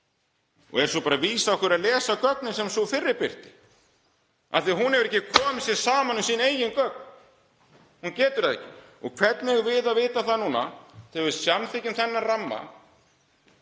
og er svo bara að vísa okkur á að lesa gögnin sem sú fyrri birti af því að hún hefur ekki komið sér saman um sín eigin gögn. Hún getur það ekki. Og hvernig eigum við að vita það núna, þegar við samþykkjum þennan ramma